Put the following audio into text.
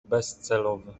bezcelowy